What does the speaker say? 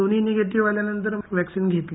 दोन्ही निगेटीव्ह आल्यानंतर मी वॅक्सीन घेतली